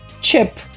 chip